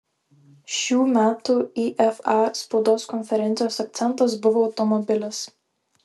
šių metų ifa spaudos konferencijos akcentas buvo automobilis